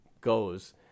goes